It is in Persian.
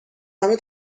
همه